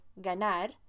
ganar